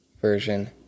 version